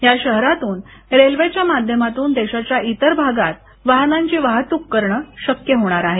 या शहरांतून रेल्वेच्या माद्यमातून देशाच्या इतर भागात वाहनांची वाहतूक करण शक्य होणार आहे